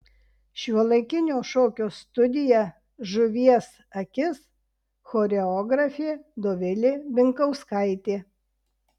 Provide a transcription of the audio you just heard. šiuolaikinio šokio studija žuvies akis choreografė dovilė binkauskaitė